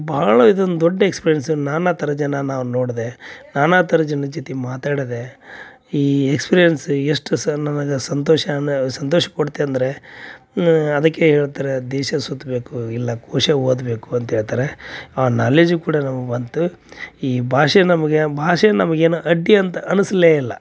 ಭಾಳ ಇದೊಂದು ದೊಡ್ಡ ಎಕ್ಸ್ಪಿರೀಯೆನ್ಸ್ ನಾನಾ ಥರ ಜನಾನ ನಾವು ನೋಡಿದೆ ನಾನಾ ಥರ ಜನದ್ ಜೊತಿಗೆ ಮಾತಾಡಿದೆ ಈ ಎಕ್ಸ್ಪಿರೀಯೆನ್ಸ್ ಎಷ್ಟು ಸ ನು ಸಂತೋಷನ ಸಂತೋಷ ಕೊಡತ್ತೆ ಅಂದರೆ ಅದಕ್ಕೆ ಹೇಳ್ತಾರೆ ದೇಶ ಸುತ್ತಬೇಕು ಇಲ್ಲ ಕೋಶ ಓದಬೇಕು ಅಂತ ಹೇಳ್ತಾರೆ ಆ ನಾಲೆಡ್ಜ್ ಕೂಡ ನಮ್ಗೆ ಬಂತು ಈ ಭಾಷೆ ನಮ್ಗೆ ಭಾಷೆ ನಮ್ಗೆ ಏನೂ ಅಡ್ಡಿ ಅಂತ ಅನಿಸ್ಲೇ ಇಲ್ಲ